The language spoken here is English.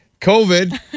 COVID